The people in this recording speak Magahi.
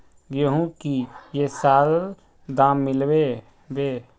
गेंहू की ये साल दाम मिलबे बे?